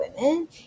women